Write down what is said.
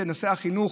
זה נושא החינוך,